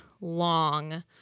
long